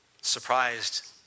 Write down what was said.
Surprised